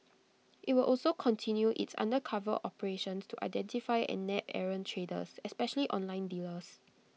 IT will also continue its undercover operations to identify and nab errant traders especially online dealers